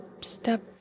step